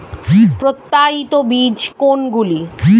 প্রত্যায়িত বীজ কোনগুলি?